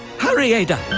hurry, ada!